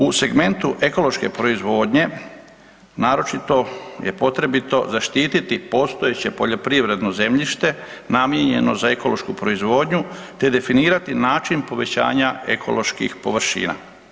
U segmentu ekološke proizvodnje, naročito je potrebito zaštititi postojeće poljoprivredno zemljište namijenjeno za ekološku proizvodnju te definirati način povećanja ekoloških površina.